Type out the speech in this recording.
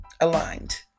aligned